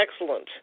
excellent